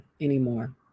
anymore